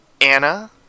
Anna